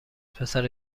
پسر